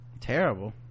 terrible